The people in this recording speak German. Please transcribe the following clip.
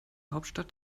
hauptstadt